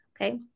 Okay